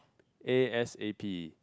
A_S_A_P